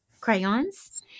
crayons